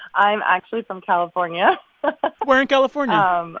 i'm actually from california where in california? um